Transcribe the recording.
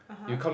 (uh huh)